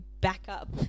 backup